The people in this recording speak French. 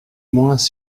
moins